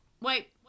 Wait